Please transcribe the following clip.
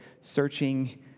searching